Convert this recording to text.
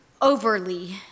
overly